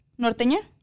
Norteña